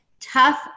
Tough